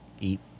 eat